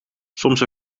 soms